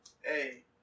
hey